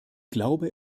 glaube